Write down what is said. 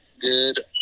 good